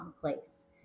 place